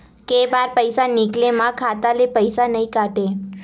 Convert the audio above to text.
के बार पईसा निकले मा खाता ले पईसा नई काटे?